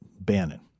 Bannon